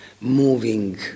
moving